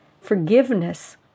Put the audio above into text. forgiveness